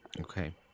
Okay